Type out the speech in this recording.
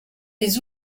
des